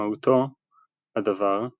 משמעותו הדבר היא